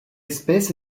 espèce